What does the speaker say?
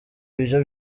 ibyo